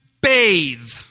bathe